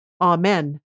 Amen